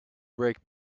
break